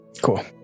Cool